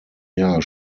jahr